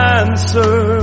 answer